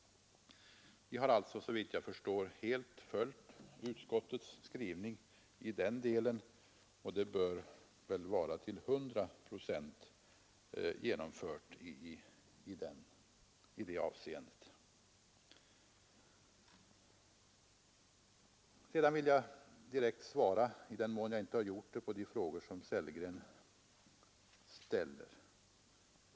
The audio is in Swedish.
Vi har alltså, såvitt jag förstår, helt följt utskottets skrivning i den delen, och dess önskemål bör väl vara till 100 procent genomfört i det avseendet. Jag vill direkt svara, i den mån jag inte har gjort det, på de frågor som herr Sellgren ställer.